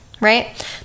right